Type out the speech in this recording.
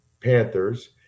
panthers